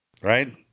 Right